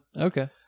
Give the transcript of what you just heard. Okay